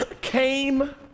came